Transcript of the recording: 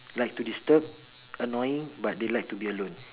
like to disturb annoying but they like to be alone